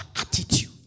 attitude